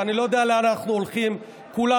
ואני לא יודע לאן אנחנו הולכים כולנו,